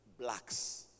Blacks